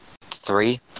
three